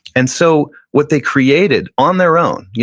and so what they created on their own, yeah